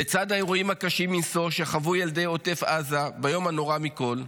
לצד האירועים הקשים מנשוא שחוו ילדי עוטף עזה ביום הנורא מכול,